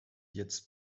jetzt